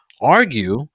Argue